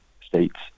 states